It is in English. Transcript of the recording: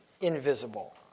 invisible